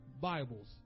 Bibles